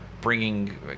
bringing